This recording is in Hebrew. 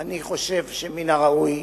אני חושב שמן הראוי,